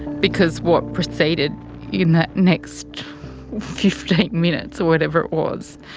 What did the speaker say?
because what preceded in that next fifteen minutes or whatever it was.